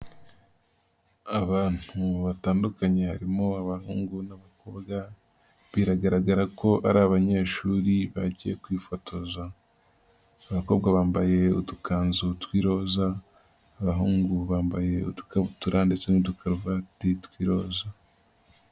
Abantu batandukanye harimo abahungu n'abakobwa biragaragara ko ari abanyeshuri bagiye kwifotoza, abakobwa bambaye udukanzu tw'iroza, abahungu bambaye udukabutura ndetse n'udukaruvati tw'iroza.